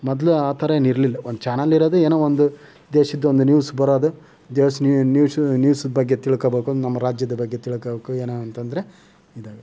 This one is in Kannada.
ಮೊದಲು ಆ ಥರ ಏನು ಇರ್ಲಿಲ್ಲ ಒಂದು ಚಾನೆಲ್ ಇರೋದು ಏನೋ ಒಂದು ದೇಶದ್ದು ಒಂದು ನ್ಯೂಸ್ ಬರೋದು ದೇಸ ನ್ಯೂಸ್ ನ್ಯೂಸ್ ಬಗ್ಗೆ ತಿಳ್ಕೋಬೇಕು ನಮ್ಮ ರಾಜ್ಯದ ಬಗ್ಗೆ ತಿಳ್ಕೋಬೇಕು ಏನು ಅಂತಂದ್ರೆ